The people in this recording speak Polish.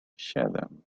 siedem